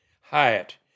Hyatt